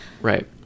Right